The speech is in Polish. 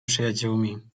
przyjaciółmi